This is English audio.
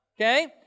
okay